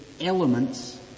elements